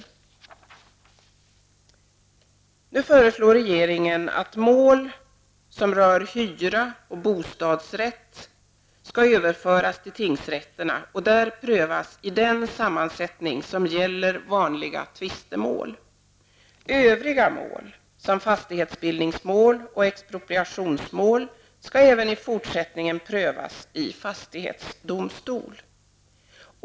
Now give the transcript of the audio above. Regeringen förslår nu att mål rörande hyra och bostadsrätt skall överföras till tingsrätterna och där prövas i den sammansättning av tingsrätten som gäller vanliga tvistemål. Övriga mål, som fastighetsbildningsmål och expropriationsmål, skall även i fortsättningen prövas i fastighetsdomstol.